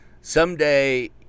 Someday